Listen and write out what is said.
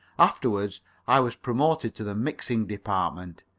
afterwards i was promoted to the mixing department.